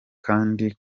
kandi